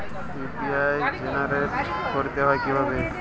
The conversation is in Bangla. ইউ.পি.আই জেনারেট করতে হয় কিভাবে?